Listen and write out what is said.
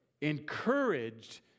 encouraged